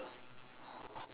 ah two chicken